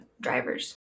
drivers